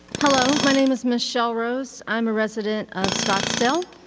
hello my name is michelle rose. i'm a resident of scottsdale.